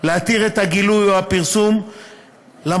להתיר את הגילוי או את הפרסום למרות